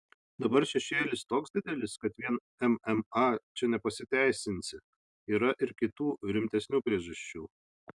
dabar šešėlis toks didelis kad vien mma čia nepasiteisinsi yra ir kitų rimtesnių priežasčių